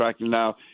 now